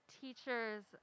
teachers